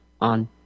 on